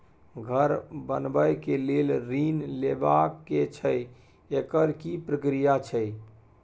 घर बनबै के लेल ऋण लेबा के छै एकर की प्रक्रिया छै?